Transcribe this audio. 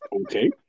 Okay